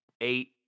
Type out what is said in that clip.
eight